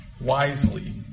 wisely